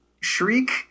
shriek